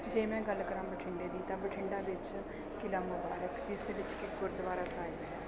ਜੇ ਮੈਂ ਗੱਲ ਕਰਾਂ ਬਠਿੰਡੇ ਦੀ ਤਾਂ ਬਠਿੰਡਾ ਵਿੱਚ ਕਿਲ੍ਹਾ ਮੁਬਾਰਕ ਜਿਸ ਦੇ ਵਿੱਚ ਕਿ ਗੁਰਦੁਆਰਾ ਸਾਹਿਬ ਹੈ